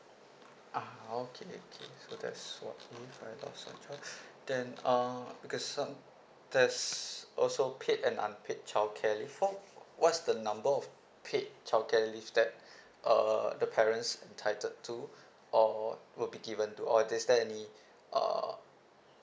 ah okay okay so that's what if I lost the job then uh because some there's also paid and unpaid childcare leave so what's the number of paid childcare leave that uh the parents entitled to or will be given to or is there any uh